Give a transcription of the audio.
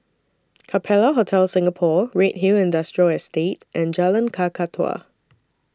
Capella Hotel Singapore Redhill Industrial Estate and Jalan Kakatua